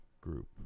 group